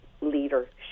leadership